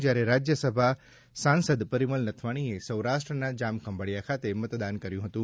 જ્યારે રાજ્યસભા સાંસદ પરિમલ નથવાણીએ સૌરાષ્ટ્રના જામ ખંભાળીયા ખાતે મતદાન કર્યું હતું